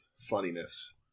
funniness